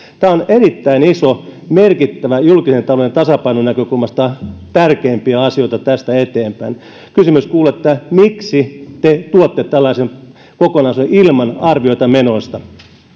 tämä on erittäin iso merkittävä kysymys julkisen talouden tasapainon näkökulmasta tärkeimpiä asioita tästä eteenpäin kysymys kuuluu miksi te tuotte tällaisen kokonaisuuden ilman arviota menoista